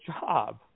job